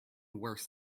worse